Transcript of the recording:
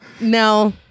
No